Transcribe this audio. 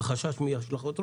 החשש מהלשכות רוחב?